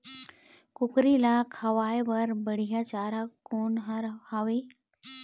कुकरी ला खवाए बर बढीया चारा कोन हर हावे?